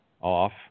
off